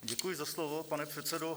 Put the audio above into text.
Děkuji za slovo, pane předsedo.